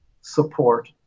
support